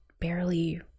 barely